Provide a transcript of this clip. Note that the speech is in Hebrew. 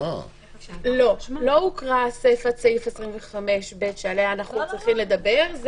לא הוקרא הסיפה 25(ב) שעליה אנחנו צריכים לדבר.